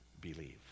believe